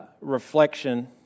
reflection